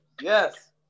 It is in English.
Yes